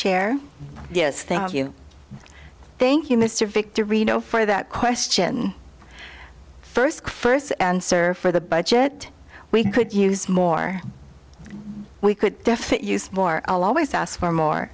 chair yes thank you thank you mr victory you know for that question first first answer for the budget we could use more we could definitely use more i'll always ask for more